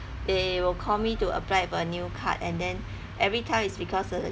they will call me to apply for a new card and then every time it's because uh